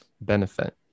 benefit